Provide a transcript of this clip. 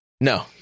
No